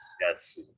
Yes